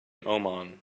oman